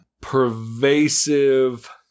pervasive